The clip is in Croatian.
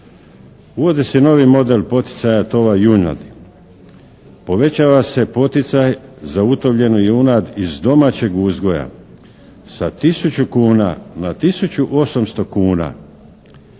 Uvodi se novi model poticaja tova junadi. Povećava se poticaj za utovljenu junad iz domaćeg uzgoja sa tisuću kuna na tisuću 800 kuna